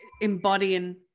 embodying